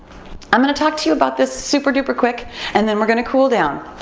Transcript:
i'm gonna talk to you about this super duper quick and then we're gonna cool down.